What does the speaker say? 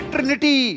Trinity